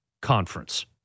Conference